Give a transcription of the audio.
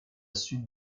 suite